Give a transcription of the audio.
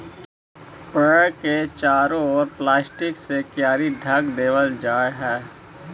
पेड़ के चारों ओर प्लास्टिक से कियारी ढँक देवल जा हई